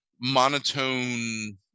monotone